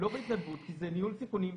לא בהתנדבות, כי זה ניהול סיכונים.